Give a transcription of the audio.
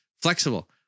flexible